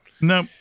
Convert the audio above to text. no